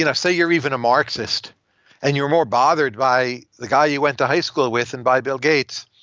you know say you're even a marxist and you're more bothered by the guy you went to high school with than and by bill gates,